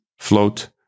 Float